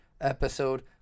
episode